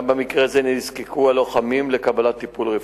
גם במקרה זה נזקקו הלוחמים לטיפול רפואי.